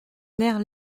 nerf